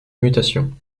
mutation